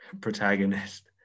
protagonist